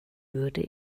würde